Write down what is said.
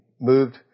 moved